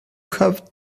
have